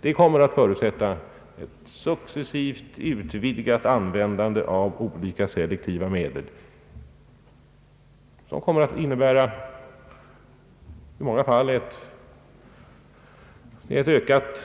Detta kommer att förutsätta ett successivt utvidgat användande av olika selektiva medel som i många fall kommer att innebära ett ökat